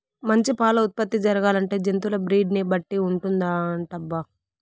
మంచి పాల ఉత్పత్తి జరగాలంటే జంతువుల బ్రీడ్ ని బట్టి ఉంటుందటబ్బా